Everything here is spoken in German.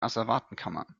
asservatenkammer